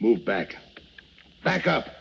move back back up